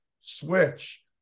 switch